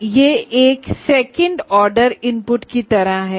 तो यह एक सेकंड ऑर्डर इनपुट की तरह है